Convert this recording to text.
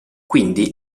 quindi